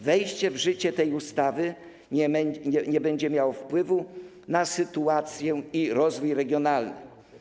Wejście w życie tej ustawy nie będzie miało wpływu na sytuację i rozwój regionalny.